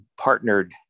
partnered